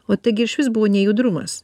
o taigi išvis buvo nejudrumas